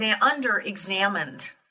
under-examined